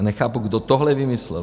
Nechápu, kdo tohle vymyslel?